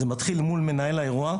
זה מתחיל מול מנהל האירוע,